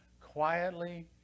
Quietly